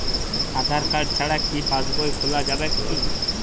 আধার card ছাড়া কি পাসবই খোলা যাবে কি?